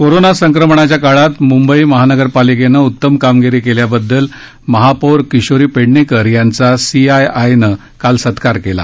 corona संक्रमणाच्या काळात मुंबई महानगरपालिकेनं उत्तम कामगिरी केल्याबददल महापौर किशोरी पेडणेकर यांचा सीआयआयनं काल सत्कार केला